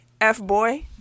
F-boy